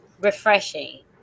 refreshing